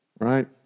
Right